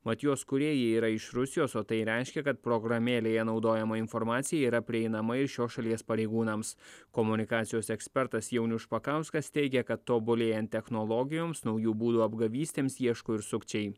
mat jos kūrėjai yra iš rusijos o tai reiškia kad programėlėje naudojama informacija yra prieinama ir šios šalies pareigūnams komunikacijos ekspertas jaunius špakauskas teigia kad tobulėjant technologijoms naujų būdų apgavystėms ieško ir sukčiai